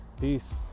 Peace